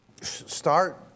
start